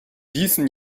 diesen